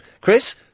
Chris